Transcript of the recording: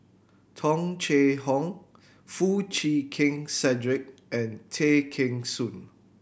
Tung Chye Hong Foo Chee Keng Cedric and Tay Kheng Soon